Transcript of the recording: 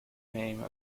name